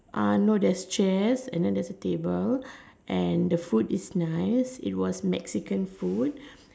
uh no there's chairs and then there is a table and the food is nice it was Mexican food